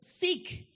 seek